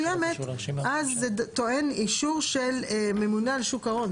מסוימת אז זה טוען של אישור של ממונה על שוק ההון.